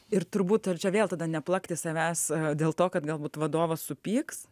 ir turbūt ar čia vėl tada neplakti savęs dėl to kad galbūt vadovas supyks